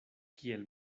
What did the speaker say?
kiel